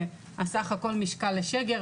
שסך הכול משקל לשגר,